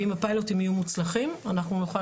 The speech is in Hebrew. ואם הפיילוטים יהיו מוצלחים אנחנו נוכל